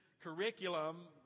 curriculum